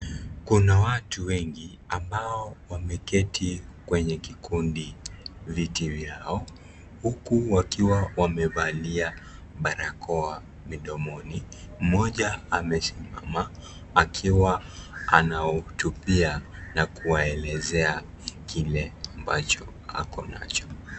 Kuna watu wengi ambao wameketi kwenye kikundi viti vyao, huku, wakiwa wamevalia barakoa mdomoni. Mmoja, amesimama akiwa anahutubia na kuwaelezea kile ambacho ako nacho.